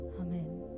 Amen